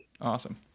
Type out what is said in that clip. Awesome